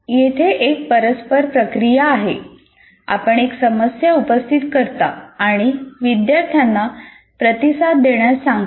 तर येथे एक परस्पर प्रक्रिया आहे आपण एक समस्या उपस्थित करता आणि विद्यार्थ्यांना प्रतिसाद देण्यास सांगता